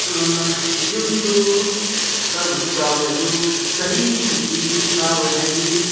ꯌꯨꯝꯗꯨ ꯈꯔꯕꯨꯗꯤ ꯆꯥꯎꯋꯤ ꯑꯗꯨ ꯆꯍꯤꯕꯨꯗꯤ ꯐꯥꯔꯣꯏ ꯍꯥꯏꯗꯤ